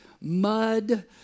mud